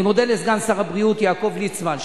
אני מודה לסגן שר הבריאות יעקב ליצמן,